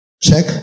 Check